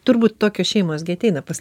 turbūt tokios šeimos gi ateina pas